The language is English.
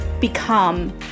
become